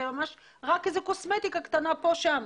שרק איזו קוסמטיקה קטנה פה ושם.